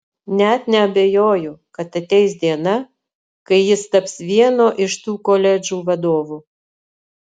net neabejoju kad ateis diena kai jis taps vieno iš tų koledžų vadovu